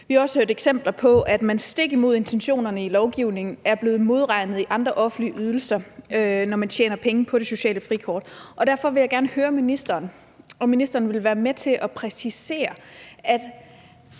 Vi har også hørt eksempler på, at man stik imod intentionerne i lovgivningen er blevet modregnet i andre offentlige ydelser, når man tjener penge på det sociale frikort. Derfor vil jeg gerne høre ministeren, om ministeren vil være med til at præcisere, at